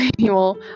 Manual